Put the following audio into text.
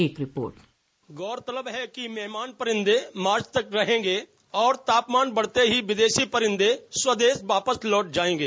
एक report dispatch गौरतलब है कि मेहमान परिंदे मार्च तक रहेंगे और तापमान बढ़ते ही विदेशी परिंदे स्वदेश वापस लौट जाएंगे